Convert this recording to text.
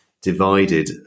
divided